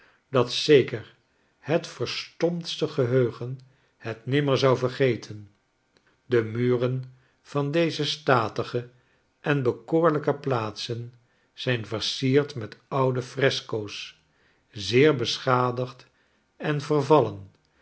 dat zeker het verstomptste geheugen het nimmer zou vergeten de muren van deze statige en bekoorlijke plaats zijn versierd met oude fresco's zeer beschadigd en vervauen